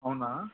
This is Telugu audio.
అవునా